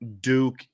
Duke